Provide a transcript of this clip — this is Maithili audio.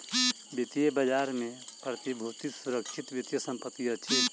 वित्तीय बजार में प्रतिभूति सुरक्षित वित्तीय संपत्ति अछि